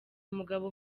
umugabo